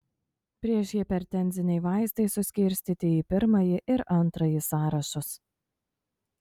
priešhipertenziniai vaistai suskirstyti į pirmąjį ir antrąjį sąrašus